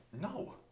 No